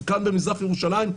זה כאן במזרח ירושלים,